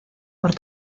por